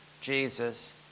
Jesus